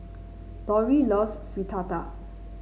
Lorie loves Fritada